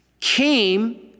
came